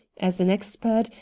as an expert,